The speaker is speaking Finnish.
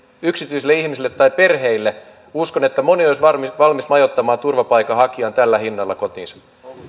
yksityisille ihmisille tai perheille uskon että moni olisi valmis majoittamaan turvapaikanhakijan tällä hinnalla kotiinsa